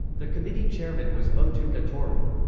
the committee chairman was motooka toru.